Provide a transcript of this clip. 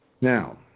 now